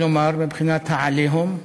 כלומר, מבחינת ה"עליהום",